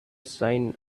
sign